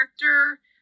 character